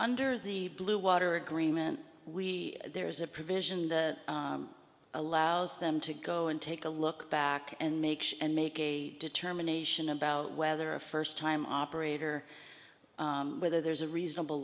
under the blue water agreement we there's a provision that allows them to go and take a look back and make and make a determination about whether a first time operator whether there's a reasonable